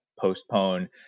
postpone